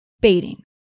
Baiting